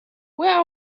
where